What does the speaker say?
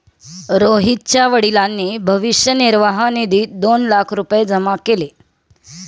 रोहितच्या वडिलांनी भविष्य निर्वाह निधीत दोन लाख रुपये जमा केले